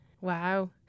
Wow